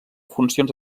funcions